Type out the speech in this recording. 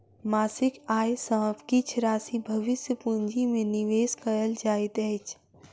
मासिक आय सॅ किछ राशि भविष्य पूंजी में निवेश कयल जाइत अछि